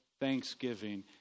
thanksgiving